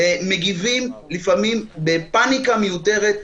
מגיבים לפעמים בפניקה מיותרת.